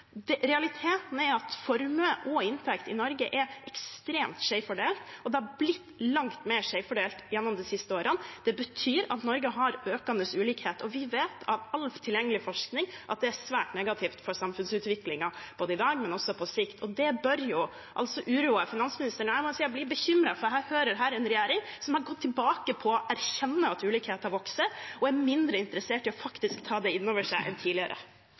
har blitt langt mer skjevfordelt gjennom de siste årene. Det betyr at Norge har økende ulikhet. Vi vet av all tilgjengelig forskning at det er svært negativt for samfunnsutviklingen i dag, men også på sikt, og det bør uroe finansministeren. Jeg må si jeg blir bekymret, for jeg hører her en regjering som har gått tilbake på å erkjenne at ulikhetene vokser, og er mindre interessert i faktisk å ta det inn over seg enn tidligere.